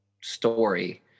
story